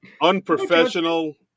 Unprofessional